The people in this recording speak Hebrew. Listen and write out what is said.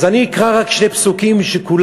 אז אני אקרא רק שני פסוקים שכולם,